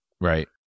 Right